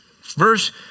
verse